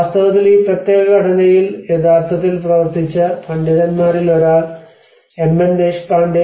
വാസ്തവത്തിൽ ഈ പ്രത്യേക ഘടനയിൽ യഥാർത്ഥത്തിൽ പ്രവർത്തിച്ച പണ്ഡിതന്മാരിൽ ഒരാൾ എംഎൻ ദേശ്പാണ്ഡെ M